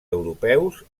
europeus